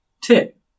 tip